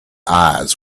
eyes